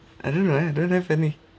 I don't know I don't have any